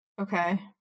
okay